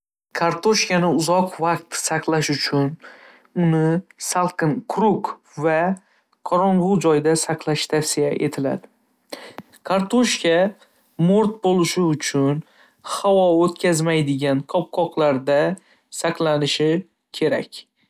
Kartoshkani uzoq vaqt saqlash uchun uni salqin, quruq va qorong'i joyda saqlash tavsiya etiladi. Kartoshka mo'rt bo'lishi uchun havo o'tkazmaydigan qopqoqlarda saqlanishi kerak.